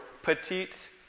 petite